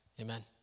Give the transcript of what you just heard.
Amen